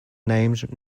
named